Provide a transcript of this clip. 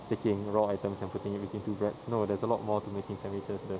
taking raw items and putting it between two breads no there's a lot more to making sandwiches the